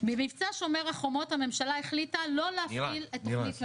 "במבצע שומר החומות הממשלה החליטה לא להפעיל את תכנית מלונית",